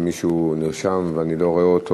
אם מישהו נרשם ואני לא רואה אותו,